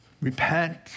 Repent